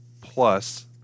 Plus